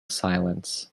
silence